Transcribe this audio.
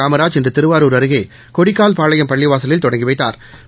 காமராஜ் இன்று திருவாரூர் அருகே கொடிக்கால்பாளையம் பள்ளிவாசலில் தொடங்கி வைத்தாா்